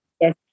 yes